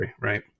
right